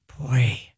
Boy